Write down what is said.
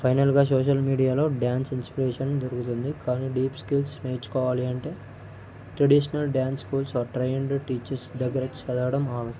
ఫైనల్గా సోషల్ మీడియాలో dance inspiration దొరుకుతుంది కానీ డీప్ స్కిల్స్ నేర్చుకోవాలి అంటే traditional dance schools or trained teachers దగ్గర చదవడం అవసరం